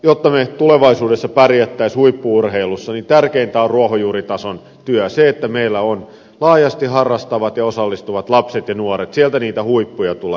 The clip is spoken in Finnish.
jotta me tulevaisuudessa pärjäisimme huippu urheilussa tärkeintä on ruohonjuuritason työ että meillä on laajasti harrastavat ja osallistuvat lapset ja nuoret sieltä niitä huippuja tulee